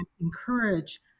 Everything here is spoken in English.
encourage